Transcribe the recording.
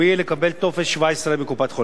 לקבל טופס 17 מקופת-חולים.